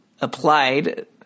applied